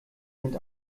sind